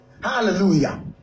Hallelujah